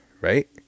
right